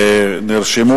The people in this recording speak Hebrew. נרשמו